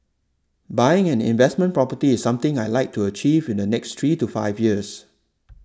buying an investment property is something I'd like to achieve in the next three to five years